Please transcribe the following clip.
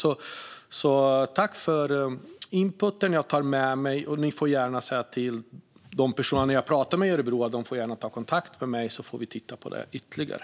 Jag tackar för inputen och tar det med mig. Och Jimmy Ståhl får gärna hälsa personerna i Örebro att de kan ta kontakt med mig så att vi kan titta på det ytterligare.